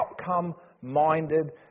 outcome-minded